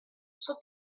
sans